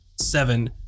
Seven